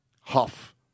Huff